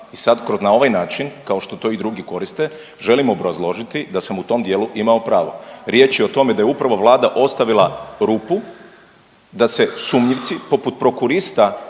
I sad na ovaj način kao što to i drugi koriste želim obrazložiti da sam u tom dijelu imao pravo. Riječ je o tome da je upravo Vlada ostavila rupu da se sumnjivci poput prokurista